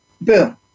Boom